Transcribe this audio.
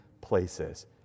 places